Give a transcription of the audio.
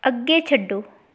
ਅੱਗੇ ਛੱਡੋ